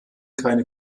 keine